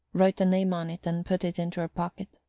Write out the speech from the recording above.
wrote a name on it, and put it into her pocket.